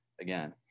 again